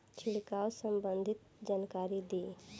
छिड़काव संबंधित जानकारी दी?